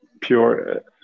pure